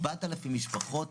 4,000 משפחות